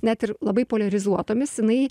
net ir labai poliarizuotomis jinai